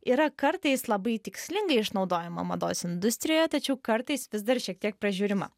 yra kartais labai tikslingai išnaudojama mados industrijoje tačiau kartais vis dar šiek tiek pražiūrima